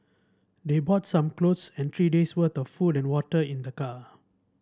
they brought some clothes and three days worth of food and water in the car